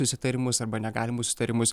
susitarimus arba negalimus susitarimus